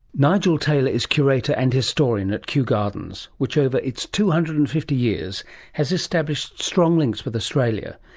nigel taylor is curator and historian at kew gardens which, over its two hundred and fifty years has established strong links with australia.